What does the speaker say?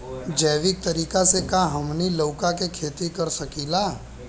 जैविक तरीका से का हमनी लउका के खेती कर सकीला?